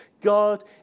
God